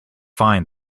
find